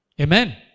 Amen